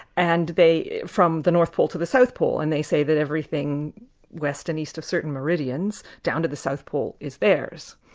and from the north pole to the south pole, and they say that everything west and east of certain meridians down to the south pole is theirs.